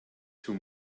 too